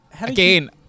Again